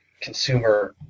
Consumer